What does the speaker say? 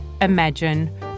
imagine